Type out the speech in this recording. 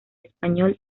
español